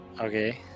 okay